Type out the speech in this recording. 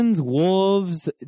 wolves